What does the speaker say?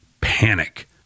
panic